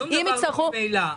אם יצטרכו --- שום דבר לא ממילא.